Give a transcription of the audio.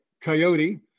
coyote